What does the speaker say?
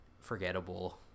forgettable